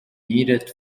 needed